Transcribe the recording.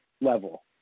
level